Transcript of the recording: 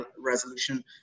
resolution